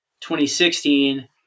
2016